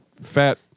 fat